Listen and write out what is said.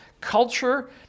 culture